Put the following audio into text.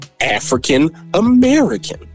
African-American